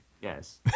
Yes